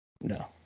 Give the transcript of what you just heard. No